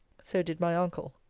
so did my uncle.